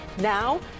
Now